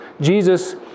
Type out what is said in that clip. Jesus